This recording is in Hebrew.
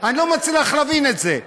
אני לא מצליח להבין את זה.